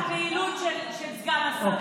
אני מכירה את הפעילות של סגן השר.